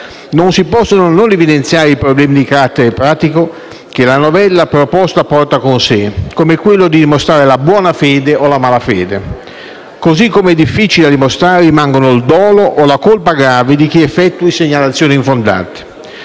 Non si possono non evidenziare i problemi di carattere pratico che la novella proposta porta con sé, come quello di dimostrare la buona fede o la malafede. Così come difficili da dimostrare rimangono il dolo o la colpa grave di chi effettui segnalazioni infondate.